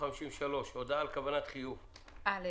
הודעה על 53. (א)